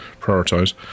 prioritise